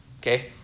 okay